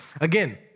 Again